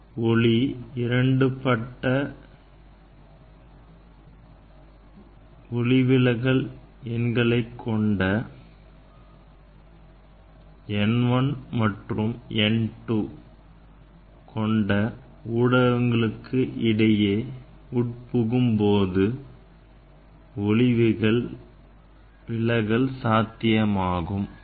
ஒளிவிலகல் என்பது ஒளி இரண்டு மாறுபட்ட ஒளிவிலகல் எண்களை n 1 மற்றும் n 2 கொண்ட ஊடகங்களுக்கு இடையே உட்புகும் போது ஒளிவிலகல் சாத்தியமாகும்